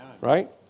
Right